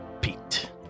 Pete